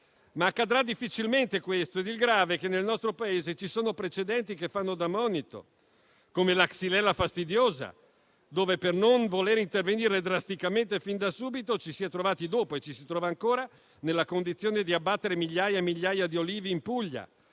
Ma accadrà difficilmente questo ed il grave è che nel nostro Paese ci sono precedenti che fanno da monito, come la Xylella fastidiosa, dove, per non voler intervenire drasticamente fin da subito, ci si è trovati dopo e ci si trova ancora nella condizione di abbattere migliaia e migliaia di olivi in Puglia: